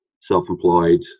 self-employed